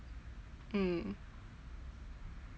mm